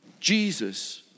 Jesus